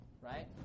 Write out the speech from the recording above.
right